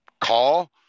call